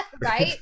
right